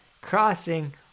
crossing